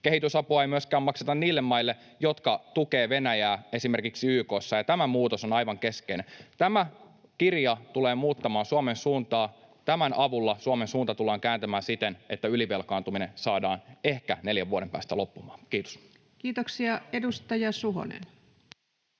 Kehitysapua ei myöskään makseta niille maille, jotka tukevat Venäjää esimerkiksi YK:ssa, ja tämä muutos on aivan keskeinen. Tämä kirja tulee muuttamaan Suomen suuntaa. Tämän avulla Suomen suunta tullaan kääntämään siten, että ylivelkaantuminen saadaan ehkä neljän vuoden päästä loppumaan. — Kiitos. [Speech